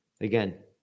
Again